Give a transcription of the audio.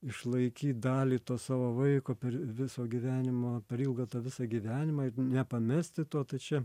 išlaikyt dalį to savo vaiko per visą gyvenimą per ilgą tą visą gyvenimą ir nepamesti to tai čia